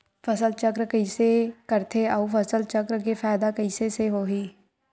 फसल चक्र कइसे करथे उ फसल चक्र के फ़ायदा कइसे से होही?